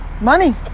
money